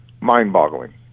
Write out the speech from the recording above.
Mind-boggling